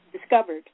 discovered